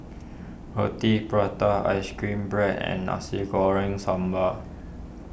Roti Prata Ice Cream Bread and Nasi Goreng Sambal